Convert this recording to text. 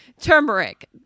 turmeric